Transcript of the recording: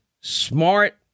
smart